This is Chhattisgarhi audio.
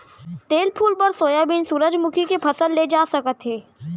तेल फूल बर सोयाबीन, सूरजमूखी के फसल ले जा सकत हे